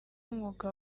mwuga